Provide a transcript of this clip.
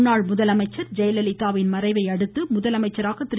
முன்னாள் முதலமைச்சர் ஜெயலலிதாவின் மறைவையடுத்து முதலமைச்சராக திரு